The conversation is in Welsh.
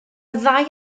ddau